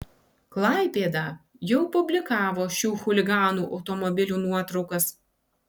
klaipėda jau publikavo šių chuliganų automobilių nuotraukas